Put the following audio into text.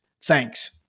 Thanks